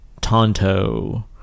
tonto